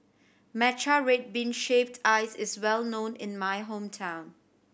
matcha red bean shaved ice is well known in my hometown